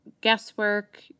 guesswork